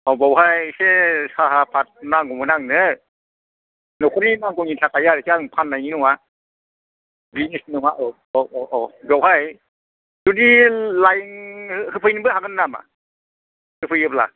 औ बेवहाय एसे साहाफात नांगौमोन आंनो नखरनि नांगौनि थाखाय आरोखि आं फाननायनि नङा बिजिनेस नङा औ औ औ बेवहाय जुदि लाइन होफैनोबो हागोन नामा होफैयोब्ला